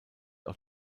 auch